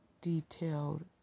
Detailed